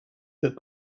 that